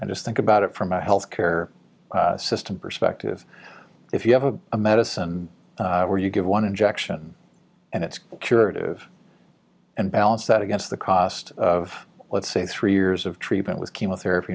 and just think about it from a health care system perspective if you have a medicine where you give one injection and it's curative and balance that against the cost of let's say three years of treatment with chemotherapy